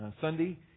Sunday